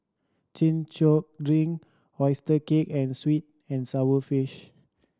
Chin Chow drink oyster cake and sweet and sour fish